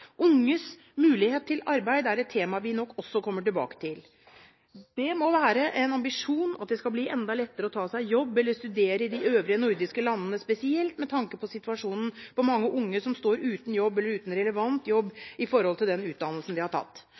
Unges mulighet til arbeid er et tema vi nok også kommer tilbake til. Det må være en ambisjon at det skal bli enda lettere å ta seg jobb eller studere i de øvrige nordiske landene, spesielt med tanke på situasjonen for mange unge som står uten jobb eller uten relevant jobb i forhold til den utdannelsen de har tatt.